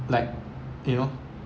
like you know